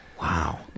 Wow